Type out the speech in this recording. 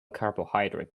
carbohydrate